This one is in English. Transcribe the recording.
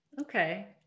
okay